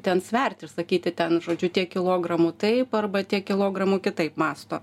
ten sverti ir sakyti ten žodžiu tiek kilogramų taip arba tiek kilogramų kitaip mąsto